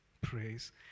praise